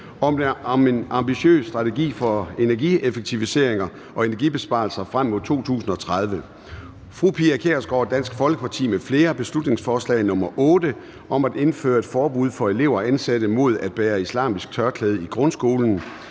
om en ambitiøs strategi for energieffektiviseringer og energibesparelser frem mod 2030). Pia Kjærsgaard (DF) m.fl.: Beslutningsforslag nr. 8 (Forslag til folketingsbeslutning om at indføre et forbud for elever og ansatte mod at bære islamisk tørklæde i grundskolen).